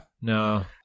no